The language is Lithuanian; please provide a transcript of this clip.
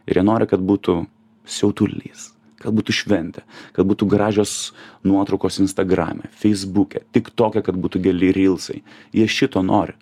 ir jie nori kad būtų siautulys kad būtų šventė kad būtų gražios nuotraukos instagrame feisbuke tik toke kad būtų geli rylsai jie šito nori